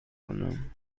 کنم